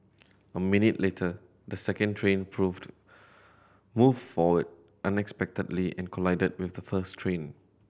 a minute later the second train proved move forward unexpectedly and collided with the first train